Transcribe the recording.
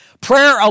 Prayer